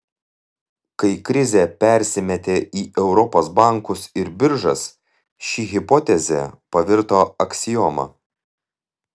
kai krizė persimetė į europos bankus ir biržas ši hipotezė pavirto aksioma